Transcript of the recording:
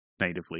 natively